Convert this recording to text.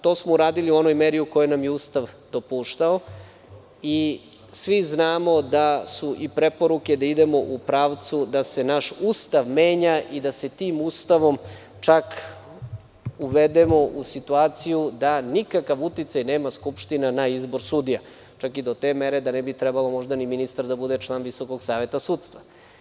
To smo uradili u onoj meri u kojoj nam je Ustav dopuštao i svi znamo da su i preporuke da idemo u pravcu da se naš Ustav menja i da se tim Ustavom čak uvedemo u situaciju da nikakav uticaj nema Skupština na izbor sudija, čak i do te mere da ne bi trebalo možda ni ministar da bude član Visokog saveta sudstva.